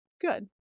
good